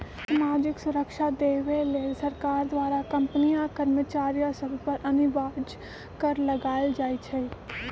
सामाजिक सुरक्षा देबऐ लेल सरकार द्वारा कंपनी आ कर्मचारिय सभ पर अनिवार्ज कर लगायल जाइ छइ